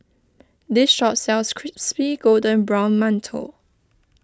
this shop sells Crispy Golden Brown Mantou